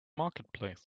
marketplace